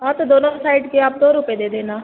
हाँ तो दोनों साइड के आप दो रुपये दे देना